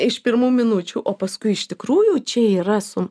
iš pirmų minučių o paskui iš tikrųjų čia yra su